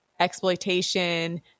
exploitation